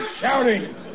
shouting